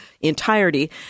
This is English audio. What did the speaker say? Entirety